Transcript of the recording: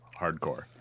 Hardcore